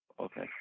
Okay